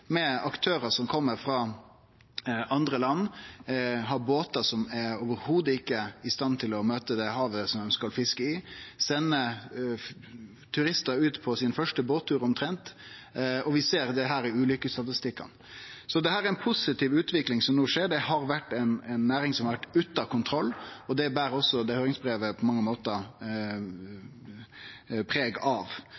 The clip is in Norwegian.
med aktørar som kjem frå andre land, som har båtar som i det heile ikkje er i stand til å møte det havet ein skal fiske i, og som sender turistar ut på sin første båttur omtrent. Vi ser dette i ulykkesstatistikkane. Det er ei positiv utvikling som no skjer. Det har vore ei næring som har vore ute av kontroll, og det ber også høyringsbrevet på mange måtar